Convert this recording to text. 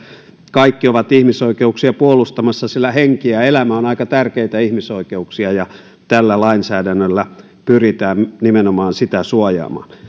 kaikki ovat ihmisoikeuksia puolustamassa sillä henki ja elämä ovat aika tärkeitä ihmisoikeuksia ja tällä lainsäädännöllä pyritään nimenomaan niitä suojaamaan